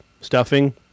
stuffing